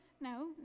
No